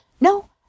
No